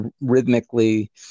rhythmically